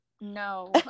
no